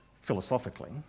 philosophically